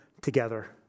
together